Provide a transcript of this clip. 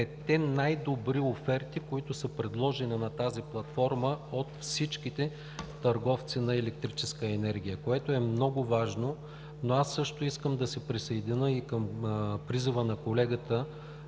петте най-добри оферти, предложени на тази платформа, от всичките търговци на електрическа енергия, което е много важно. Аз също искам да се присъединя и към призива на колегата